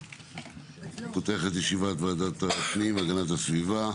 אני פותח את ישיבת ועדת הפנים והגנת הסביבה.